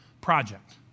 Project